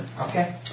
Okay